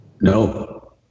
No